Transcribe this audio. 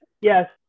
Yes